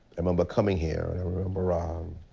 i remember coming here and i remember. um